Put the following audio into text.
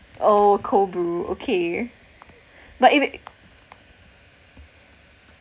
oh cold brew okay but if it